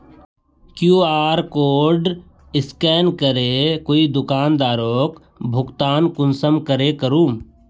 QR code scan करे कोई दुकानदारोक भुगतान कुंसम करे करूम?